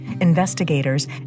investigators